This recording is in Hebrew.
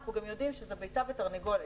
אנחנו גם יודעים שזה ביצה ותרנגולת.